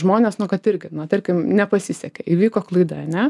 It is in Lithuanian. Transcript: žmones nu kad irgi na tarkim nepasisekė įvyko klaida ane